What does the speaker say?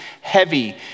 heavy